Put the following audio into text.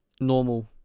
normal